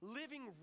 living